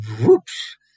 whoops